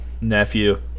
nephew